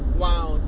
wow